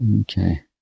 okay